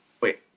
wait